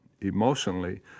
emotionally